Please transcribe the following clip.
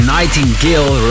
Nightingale